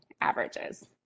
averages